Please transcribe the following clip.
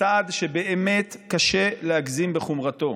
בצעד שבאמת קשה להגזים בחומרתו,